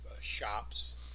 shops